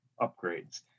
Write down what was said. upgrades